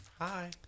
Hi